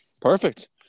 Perfect